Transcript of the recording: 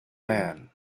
man